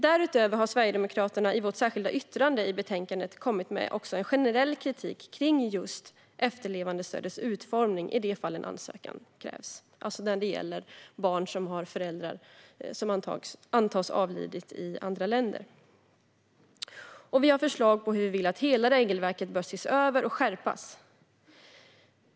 Därutöver har vi sverigedemokrater i vårt särskilda yttrande i betänkandet kommit med generell kritik kring just efterlevandestödets utformning i de fall en ansökan krävs, alltså när det gäller barn vars föräldrar antas ha avlidit i andra länder. Vi har förslag på hur vi vill att hela regelverket ska ses över och skärpas.